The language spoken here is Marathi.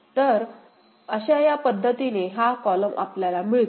तर अशा या पद्धतीने हा कॉलम आपल्याला मिळतो